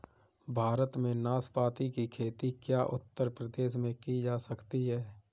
भारत में नाशपाती की खेती क्या उत्तर प्रदेश में की जा सकती है?